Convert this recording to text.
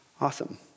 Awesome